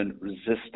resistance